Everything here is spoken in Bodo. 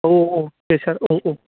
औ औ दे सार औ औ